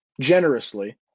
generously